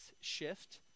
shift